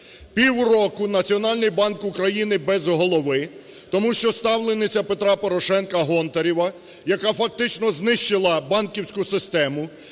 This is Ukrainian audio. Півроку Національний банк України без голови, тому що ставлениця Петра Порошенка Гонтарева, яка, фактично, знищила банківську систему,